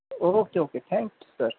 okay okay thank sir